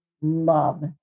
love